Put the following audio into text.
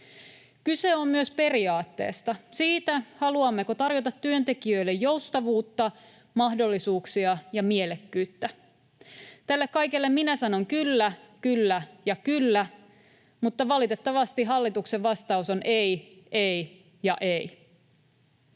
Kyse on myös periaatteesta, siitä, haluammeko tarjota työntekijöille joustavuutta, mahdollisuuksia ja mielekkyyttä. Tälle kaikelle minä sanon ”kyllä, kyllä ja kyllä”, mutta valitettavasti hallituksen vastaus on ”ei, ei ja ei”.